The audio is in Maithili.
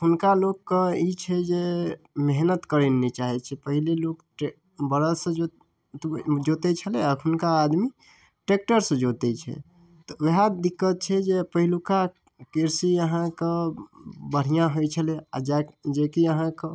अखुनका लोकके ई छै जे मेहनत करै नहि चाहै छै पहिले लोक बरदसँ जोतै छलै अखुनका आदमी ट्रैक्टरसँ जोतै छै तऽ वएह दिक्कत छै जे पहिलुका कृषि अहाँके बढ़िआँ होइ छलै आओर जेकी अहाँके